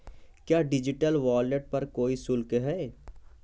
क्या digital wallet पर कोई शुल्क है?